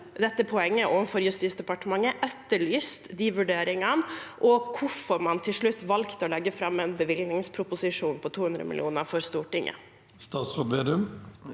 dette poenget overfor Justisdepartementet, etterlyst de vurderingene, og hvorfor man til slutt valgte å legge fram en bevilgningsproposisjon på 200 mill. kr for Stortinget?